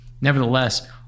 nevertheless